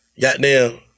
Goddamn